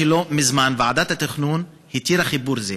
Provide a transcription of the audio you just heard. ועדת התכנון התירה חיבור זה.